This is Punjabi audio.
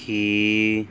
ਕੀ